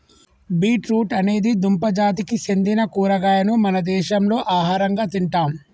beet root అనేది దుంప జాతికి సెందిన కూరగాయను మన దేశంలో ఆహరంగా తింటాం